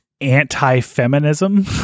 anti-feminism